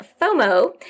FOMO